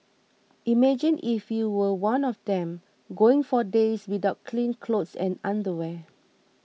imagine if you were one of them going for days without clean clothes and underwear